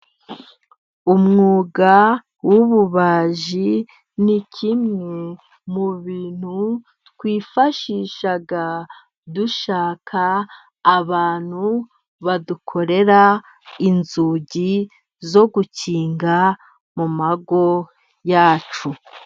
Umwuga w'ububaji ni kimwe mu bintu twifashisha, dushaka abantu badukorera inzugi zo gukinga mu ngo zacu.